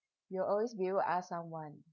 you will always be able to ask someone